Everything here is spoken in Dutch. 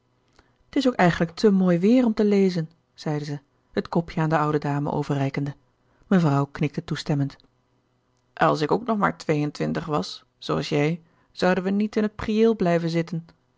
t is ook eigenlijk te mooi weêr om te lezen zeide ze het kopje aan de oude dame overreikende mevrouw knikte toestemmend als ik ook nog maar twee en twintig was zooals gerard keller het testament van mevrouw de tonnette jij zouden we niet in het prieel blijven zitten